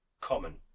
common